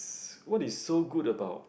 what is so good about